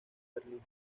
berlín